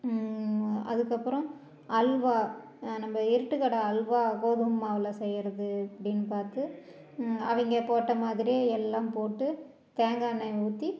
அதுக்கப்புறம் அல்வா நம்ம இருட்டுக்கடை அல்வா கோதுமை மாவில் செய்கிறது எப்டினு பார்த்து அவங்க போட்ட மாதிரி எல்லாம் போட்டு தேங்காய்ண்ணைய ஊற்றி